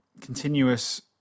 continuous